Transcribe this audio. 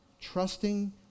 Trusting